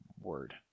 word